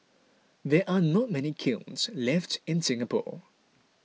there are not many kilns left in Singapore